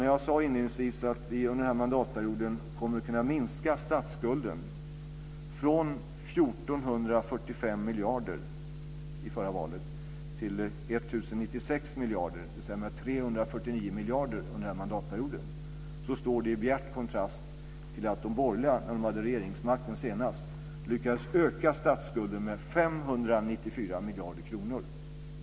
När jag sade inledningsvis att vi under den här mandatperioden kommer att kunna minska statsskulden från 1 445 miljarder vid förra valet till 1 096 miljarder, dvs. med 349 miljarder under den här mandatperioden, står det i bjärt kontrast till att de borgerliga när de hade regeringsmakten senast lyckades öka statsskulden med 594 miljarder kronor.